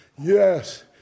Yes